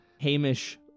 Hamish